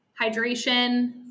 hydration